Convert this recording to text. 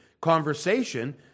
Conversation